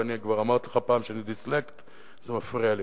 ואני כבר אמרתי לך פעם שאני דיסלקט וזה מפריע לי.